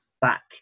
back